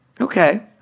Okay